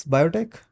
Biotech